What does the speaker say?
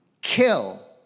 kill